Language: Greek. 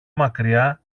μακριά